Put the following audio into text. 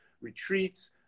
retreats